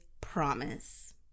promise